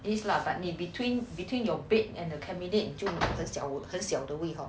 this lah but need between between your bed and the cabinet 就比较很小的位 lor